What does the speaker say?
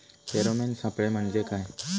Pheromone सापळे म्हंजे काय?